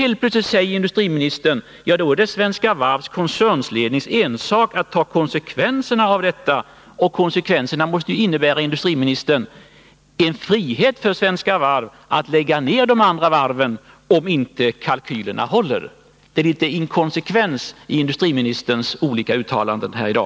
Helt plötsligt säger ju industriministern att det är Svenska Varvs koncernlednings ensak att ta konsekvensen av detta. Detta måste ju i så fall innebära en frihet för Svenska Varv att lägga ned de andra varven, om kalkylerna inte håller. Det är litet inkonsekvens i industriministerns olika uttalanden här i dag.